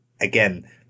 again